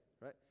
right